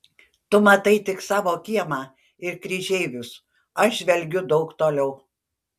tu matai tik savo kiemą ir kryžeivius aš žvelgiu daug toliau